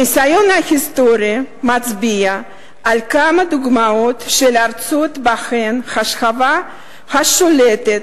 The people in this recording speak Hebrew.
הניסיון ההיסטורי מצביע על כמה דוגמאות של ארצות שבהן השכבה השלטת,